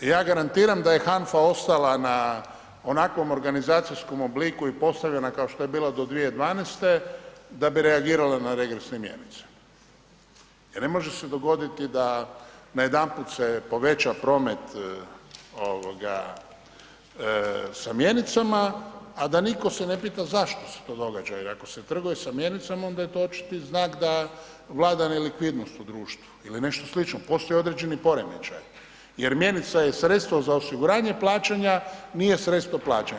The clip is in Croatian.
Ja garantiram da je HANFA ostala na onakvom organizacijskom obliku i postavljena kao što je bila do 2012. da bi reagirala na regresne mjenice jer ne može se dogoditi da najedanput se poveća promet sa mjenicama, a da nitko se ne pita zašto se to događa i ako se trguje sa mjenicama, onda je to očiti znak da vlada nelikvidnost u društvu ili nešto slično, postoje određeni poremećaji jer mjenica je sredstvo za osiguranje plaćanja, nije sredstvo plaćanja.